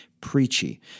preachy